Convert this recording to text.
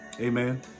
Amen